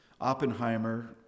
Oppenheimer